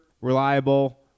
reliable